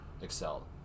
excel